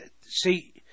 See